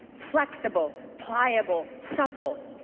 flexible, pliable, supple,